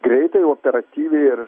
greitai operatyviai ir